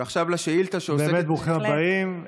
ועכשיו לשאילתה, באמת ברוכים הבאים.